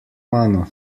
mano